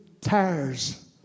tires